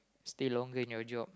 stay longer in your job